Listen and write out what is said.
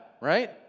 Right